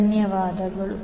ಧನ್ಯವಾದಗಳು